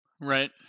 right